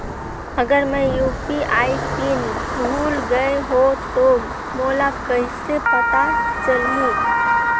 अगर मैं UPI PIN भुल गये हो तो मोला कइसे पता चलही?